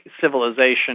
civilization